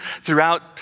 throughout